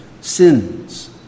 sins